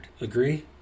agree